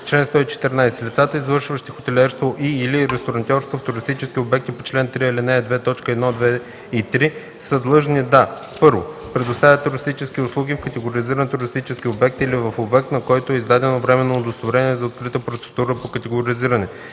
„Чл. 114. Лицата, извършващи хотелиерство и/или ресторантьорство в туристически обекти по чл. 3, ал. 2, т. 1, 2 и 3, са длъжни да: 1. предоставят туристически услуги в категоризиран туристически обект или в обект, на който е издадено временно удостоверение за открита процедура по категоризиране;